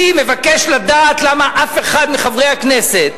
אני מבקש לדעת למה אף אחד מחברי הכנסת